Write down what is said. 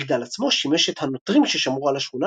המגדל עצמו שימש את הנוטרים ששמרו על השכונה